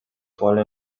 following